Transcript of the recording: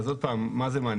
אז עוד פעם, מה זה מענה?